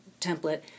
template